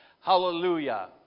Hallelujah